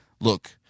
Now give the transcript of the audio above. look